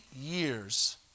years